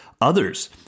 others